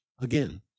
Again